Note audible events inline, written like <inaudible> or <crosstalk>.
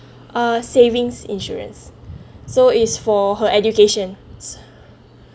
a savings insurance <breath> so it's for her education